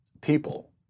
people